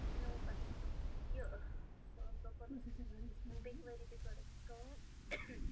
مےٚ ووٚن پتہٕ تٔمِس دوٚپمس ییٚکیٛاہ یہِ دوٚپُن بیٚکہِ ؤری تہِ کٔر اَسہِ کٲم